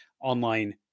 online